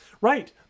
right